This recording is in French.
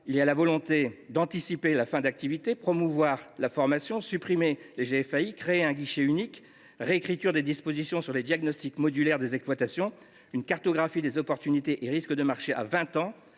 aussi la volonté d’anticiper la fin d’activité et de promouvoir la formation, la suppression des GFAI, la création d’un guichet unique, la réécriture des dispositions sur les diagnostics modulaires des exploitations, la cartographie des opportunités et risques de marché à vingt